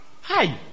hi